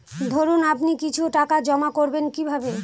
ধরুন আপনি কিছু টাকা জমা করবেন কিভাবে?